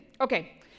Okay